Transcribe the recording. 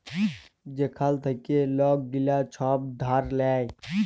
যেখাল থ্যাইকে লক গিলা ছব ধার লেয়